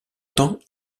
temps